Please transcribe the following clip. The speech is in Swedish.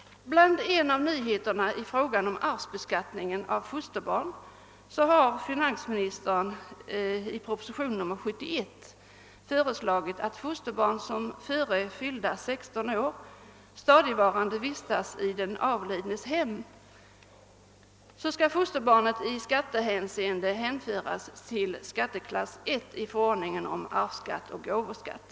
Till nyheterna i fråga om arvsbeskattningen av fosterbarn hör att finansministern i propositionen 71 föreslagit, att fosterbarn, som före fyllda 16 år stadigvarande vistats i den avlidnes hem, i skattehänseende skall hänföras till skatteklass I i förordningen om arvsskatt och gåvoskatt.